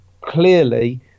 clearly